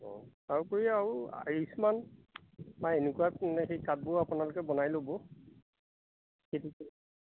অঁ তাৰোপৰি আৰু আয়ুস্মান বা এনেকুৱা সেই কাৰ্ডবোৰ আপোনালোকে বনাই ল'ব